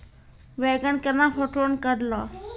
बैंगन केना पटवन करऽ लो?